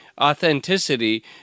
authenticity